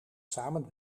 samen